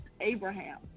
Abraham